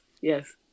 Yes